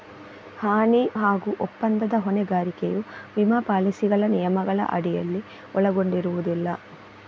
ಹಾನಿ ಹಾಗೂ ಒಪ್ಪಂದದ ಹೊಣೆಗಾರಿಕೆಯು ವಿಮಾ ಪಾಲಿಸಿಗಳ ನಿಯಮಗಳ ಅಡಿಯಲ್ಲಿ ಒಳಗೊಂಡಿರುವುದಿಲ್ಲ